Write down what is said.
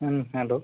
হ্যাঁ হ্যালো